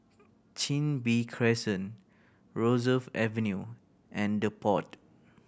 Chin Bee Crescent Rosyth Avenue and The Pod